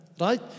right